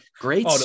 great